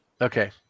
Okay